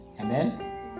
Amen